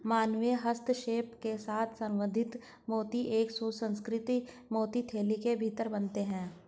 मानवीय हस्तक्षेप के साथ संवर्धित मोती एक सुसंस्कृत मोती थैली के भीतर बनते हैं